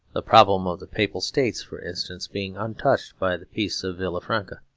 the problem of the papal states, for instance, being untouched by the peace of villafranca.